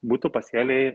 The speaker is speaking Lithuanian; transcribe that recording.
būtų pasėliai